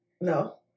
No